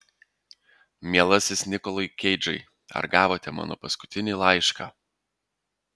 mielasis nikolai keidžai ar gavote mano paskutinį laišką